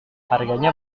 harganya